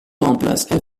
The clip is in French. remplace